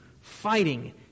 fighting